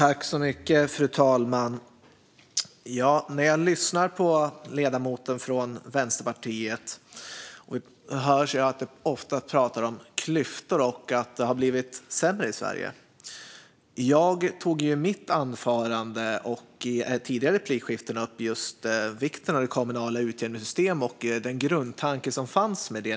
Fru talman! När jag lyssnar på ledamoten från Vänsterpartiet hör jag att hon ofta talar om klyftor och att det har blivit sämre i Sverige. Jag tog i mitt anförande och i tidigare replikskiften upp vikten av det kommunala utjämningssystemet och den grundtanke som fanns med det.